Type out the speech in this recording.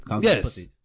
Yes